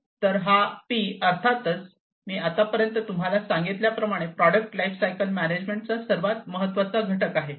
तर हा पी अर्थातच मी आतापर्यंत तुम्हाला सांगितल्याप्रमाणे प्रॉडक्ट लाइफसायकल मॅनॅजमेण्ट चा सर्वात महत्वाचा घटक आहे